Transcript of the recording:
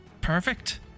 Perfect